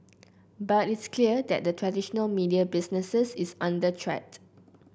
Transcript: but it's clear that the traditional media business is under threat